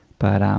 but